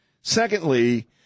Secondly